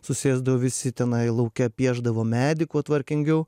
susėsdavo visi tenai lauke piešdavo medį kuo tvarkingiau